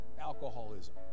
alcoholism